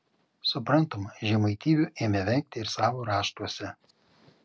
suprantama žemaitybių ėmė vengti ir savo raštuose